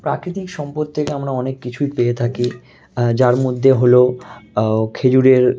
প্রাকৃতিক সম্পদ থেকে আমরা অনেক কিছুই পেয়ে থাকি যার মধ্যে হলো খেজুরের